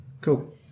Cool